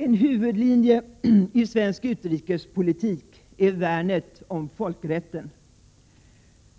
En huvudlinje i svensk utrikespolitik är värnet om folkrätten.